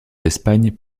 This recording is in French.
d’espagne